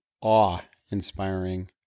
awe-inspiring